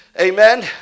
Amen